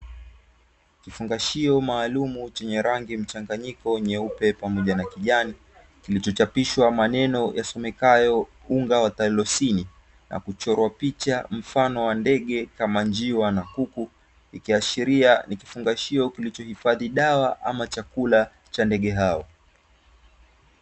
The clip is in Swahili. Kifungashio maalumu chenye rangi mchanganyiko nyeupe pamoja na kijani, kilichochapishwa maneno yasomekayo; unga wa tailorsine na kuchorwa picha mfano wa ndege kama njiwa na kuku, ikiashiria nikifungashio kilichohifadhi dawa ama chakula cha ndege hao.